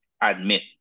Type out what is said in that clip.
admit